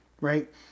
right